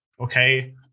okay